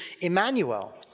Emmanuel